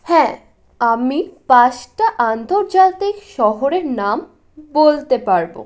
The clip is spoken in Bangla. হ্যাঁ আমি পাঁচটা আন্তর্জাতিক শহরের নাম বলতে পারবো